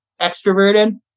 extroverted